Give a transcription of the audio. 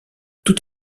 tout